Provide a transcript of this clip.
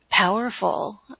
Powerful